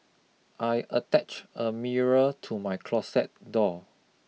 I attach a mirror to my closet door